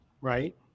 right